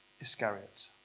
Iscariot